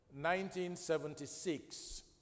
1976